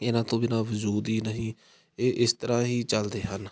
ਇਹਨਾਂ ਤੋਂ ਬਿਨਾ ਵਜੂਦ ਹੀ ਨਹੀਂ ਇਹ ਇਸ ਤਰ੍ਹਾਂ ਹੀ ਚੱਲਦੇ ਹਨ